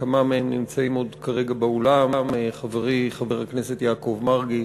כמה מהם עוד נמצאים כרגע באולם: חברי חבר הכנסת יעקב מרגי,